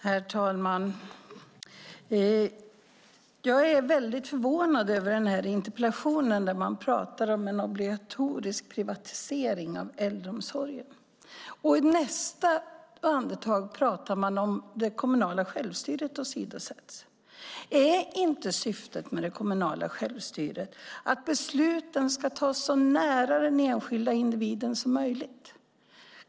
Herr talman! Jag är förvånad över interpellationen, där man pratar om en obligatorisk privatisering av äldreomsorgen. I nästa andetag pratar man om att det kommunala självstyret åsidosätts. Är inte syftet med det kommunala självstyret att besluten ska fattas så nära den enskilda individen som möjligt?